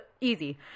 easy